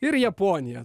ir japonija